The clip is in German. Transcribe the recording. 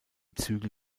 zügel